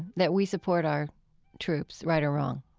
that we support our troops, right or wrong,